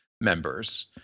members